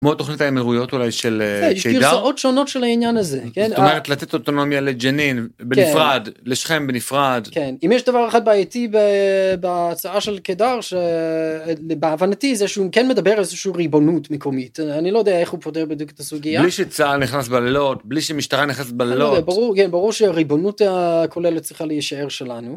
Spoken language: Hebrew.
כמו תוכנית האמירויות אולי של.. עוד שונות של העניין הזה, זאת אומרת לתת אוטונומיה לג'נין בנפרד לשכם בנפרד, אם יש דבר אחת בעייתי בהצעה של קידר, להבנתי, זה שהוא כן מדבר על איזושהי ריבונות מקומית. אני לא יודע איך הוא פותר בדיוק את הסוגיה. בלי שצה"ל נכנס בלילות, בלי שמשטרה נכנסת בלילות. ברור שהריבונות הכוללת צריכה להישאר שלנו.